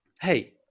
Hey